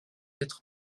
être